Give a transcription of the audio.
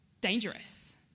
dangerous